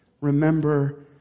remember